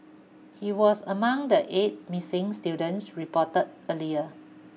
he was among the eight missing students reported earlier